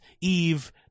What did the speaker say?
eve